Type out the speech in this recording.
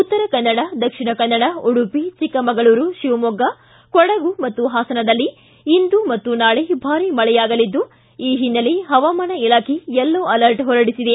ಉತ್ತರ ಕನ್ನಡ ದಕ್ಷಿಣ ಕನ್ನಡ ಉಡುಪಿ ಚಿಕ್ಕಮಗಳೂರು ಶಿವಮೊಗ್ಗ ಕೊಡಗು ಮತ್ತು ಹಾಸನದಲ್ಲಿ ಇಂದು ಮತ್ತು ನಾಳೆ ಭಾರಿ ಮಳೆಯಾಗಲಿದ್ದು ಈ ಹಿನ್ನೆಲೆ ಹವಾಮಾನ ಇಲಾಖೆ ಯೆಲ್ಲೋ ಅಲರ್ಟ್ ಹೊರಡಿಸಿದೆ